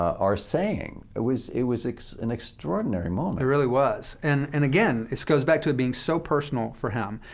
are saying, it was it was an extraordinary moment. it really was. and and again, this goes back to it being so personal for him,